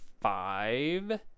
five